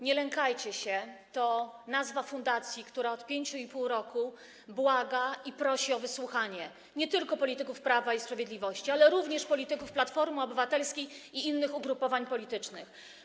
Nie lękajcie się” to fundacja, która od 5,5 roku błaga i prosi o wysłuchanie nie tylko polityków Prawa i Sprawiedliwości, ale również polityków Platformy Obywatelskiej i innych ugrupowań politycznych.